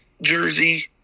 jersey